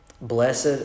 Blessed